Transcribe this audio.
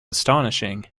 astonishing